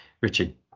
Richie